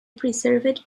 preserved